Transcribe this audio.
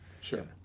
Sure